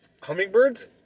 hummingbirds